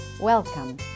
Welcome